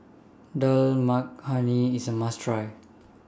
Dal Makhani IS A must Try